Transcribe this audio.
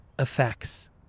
effects